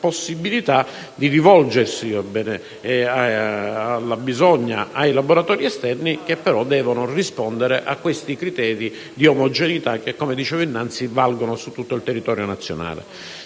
possibilità di rivolgersi, alla bisogna, ai laboratori esterni, che devono però rispondere a quei criteri di omogeneità che, come ho detto, valgono su tutto il territorio nazionale